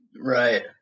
Right